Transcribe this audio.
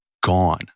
gone